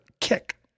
kick